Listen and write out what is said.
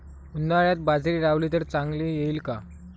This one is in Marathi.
उन्हाळ्यात बाजरी लावली तर चांगली येईल का?